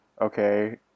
okay